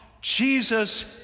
Jesus